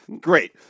Great